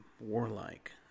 warlike